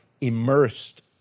immersed